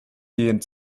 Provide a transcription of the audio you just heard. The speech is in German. gehen